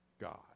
God